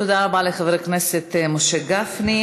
תודה רבה לחבר הכנסת משה גפני.